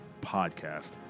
podcast